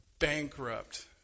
bankrupt